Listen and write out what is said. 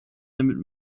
damit